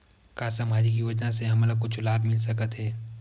का सामाजिक योजना से हमन ला कुछु लाभ मिल सकत हे?